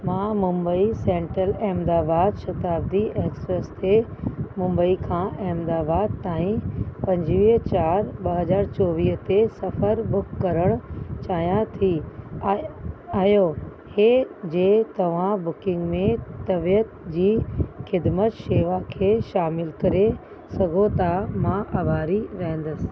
मां Mumbai central Ahmedabad Shatabdi express ते मुंबई खां अहमदाबाद ताईं पंजुवीह चारि ॿ हज़ार चोवीह ते सफ़र बुक करणु चाहियां थी ऐं आयो इहो जे तव्हां बुकिंग में तबियत जी खिदमत शेवा खे शामिल करे सघो था मां आभारी रहंदसि